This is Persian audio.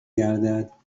گردد